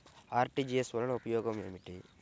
RTGS వలన ఉపయోగం ఏమిటీ?